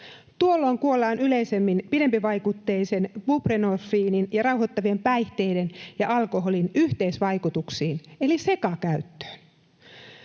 Tuolloin kuollaan yleisemmin pidempivaikutteisen buprenorfiinin ja rauhoittavien päihteiden ja alkoholin yhteisvaikutuksiin, eli sekakäyttöön.